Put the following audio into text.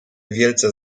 wielce